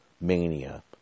mania